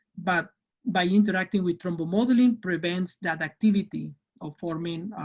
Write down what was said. but by interacting with thrombomodulin prevents that activity of forming